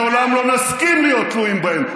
לעולם לא נסכים להיות תלויים בהם.